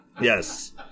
Yes